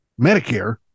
Medicare